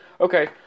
Okay